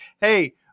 hey